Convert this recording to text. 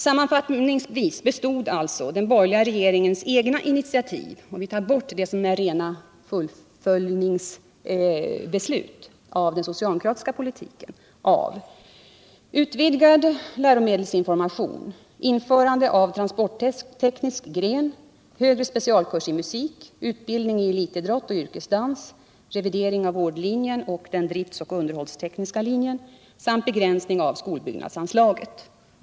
Sammanfattningsvis bestod alltså den borgerliga regeringens egna initiativ — om man tar bort det som är rena fullföljningsbeslut av den socialdemokratiska politiken —-av utvidgad läromedelsinformation, införande av transportteknisk gren, högre specialkurs i musik, utbildning i elitidrott och yrkesdans, revidering av vårdlinjen och den driftsoch underhållstekniska linjen samt begränsning av skolbyggnadsanslaget.